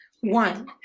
One